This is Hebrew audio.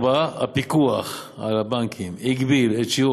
4. הפיקוח על הבנקים הגביל את שיעור